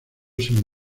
sin